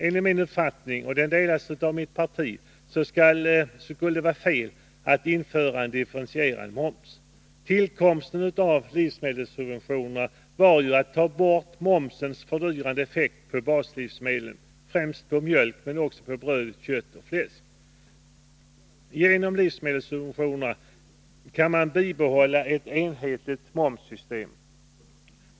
Enligt min uppfattning — och den delas av mitt parti — skulle det vara fel att införa en differentierad moms. Att livsmedelssubventionerna tillkom berodde ju på att man ville ta bort momsens fördyrande effekt på baslivsmedlen, främst på mjölk men också på bröd, kött och fläsk. Genom livsmedelssubventioner kan man bibehålla ett enhetligt momssystem.